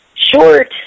short